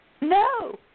No